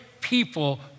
people